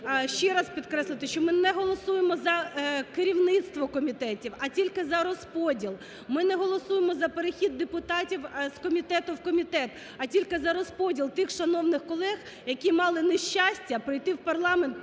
Ще раз підкреслюю, що ми не голосуємо за керівництво комітетів, а тільки за розподіл, ми не голосуємо за перехід депутатів з комітету в комітет, а тільки за розподіл тих шановних колег, які мали нещастя пройти в парламент